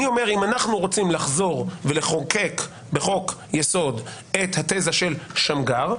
אני אומר שאם אנחנו רוצים לחזור ולחוקק בחוק יסוד את התזה של שמגר,